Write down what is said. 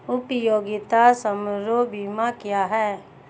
उपयोगिता समारोह बीमा क्या है?